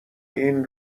این